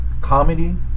Comedy